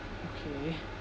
okay